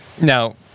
Now